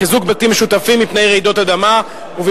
חוק המקרקעין (חיזוק בתים משותפים מפני רעידות אדמה) (תיקון),